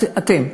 אתם,